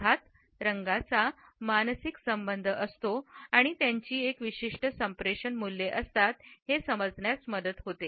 अर्थात रंगांचा मानसिक संबंध असतो आणि त्यांची एक विशिष्ट संप्रेषण मूल्य असतात हे समजण्यास मदत होते